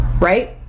Right